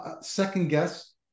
second-guess